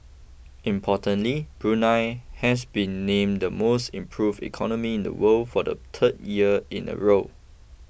importantly Brunei has been named the most improve economy in the world for the third year in a row